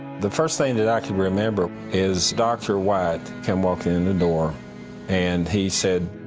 the first thing that i could remember is dr. white came walking in the door and he said,